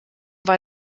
war